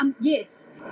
Yes